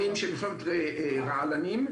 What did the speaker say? בחומרים רעלניים.